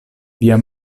via